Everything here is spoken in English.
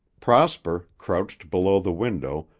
prosper, crouched below the window,